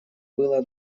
было